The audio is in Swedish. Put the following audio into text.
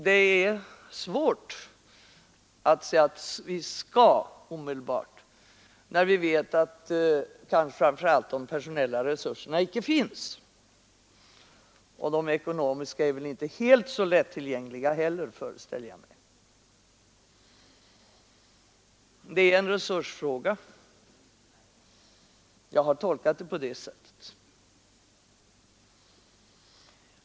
Det är svårt att säga att vi skall omedelbart, när vi vet att kanske framför allt de personella resurserna icke finns. De ekonomiska är väl inte helt lättillgängliga heller, föreställer jag mig. Det är en resursfråga. Jag har tolkat det på det sättet.